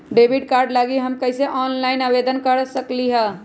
Debit card लागी हम कईसे ऑनलाइन आवेदन दे सकलि ह?